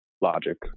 logic